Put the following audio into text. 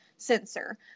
Sensor